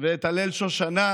את הלל שושנה,